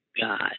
God